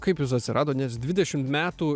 kaip jis atsirado nes dvidešimt metų